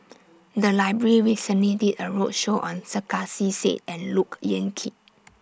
The Library recently did A roadshow on Sarkasi Said and Look Yan Kit